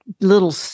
little